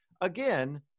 again